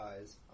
eyes